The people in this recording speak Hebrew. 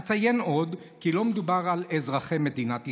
אציין עוד כי לא מדובר על אזרחי מדינת ישראל.